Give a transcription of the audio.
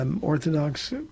Orthodox